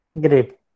Great